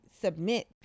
submit